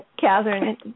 Catherine